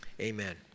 Amen